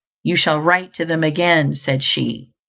you shall write to them again, said she,